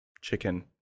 chicken